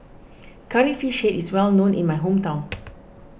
Curry Fish Head is well known in my hometown